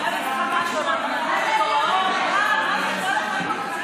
את מוכנה לרדת או שאקרא לסדרנים להוריד אותך?